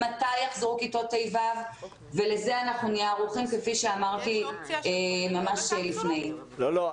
מתי יחזרו כיתות ה'-ו' ולזה נהיה ערוכים כפי שאמרתי ממש לפני כן.